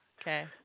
Okay